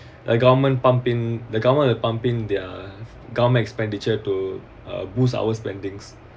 like government pumping the government the pumping their government expenditure to boost our spendings